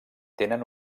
tenen